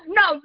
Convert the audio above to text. no